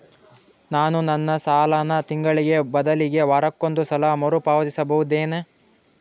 ನಾನು ನನ್ನ ಸಾಲನ ತಿಂಗಳಿಗೆ ಬದಲಿಗೆ ವಾರಕ್ಕೊಂದು ಸಲ ಮರುಪಾವತಿಸುತ್ತಿದ್ದೇನೆ